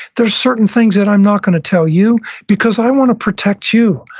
there's certain things that i'm not going to tell you because i want to protect you.